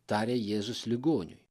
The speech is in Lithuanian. tarė jėzus ligoniui